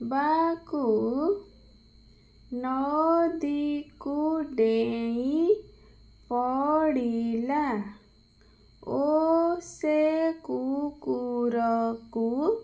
ବାକୁ ନଦୀକୁ ଡେଇଁ ପଡ଼ିଲା ଓ ସେ କୁକୁରକୁ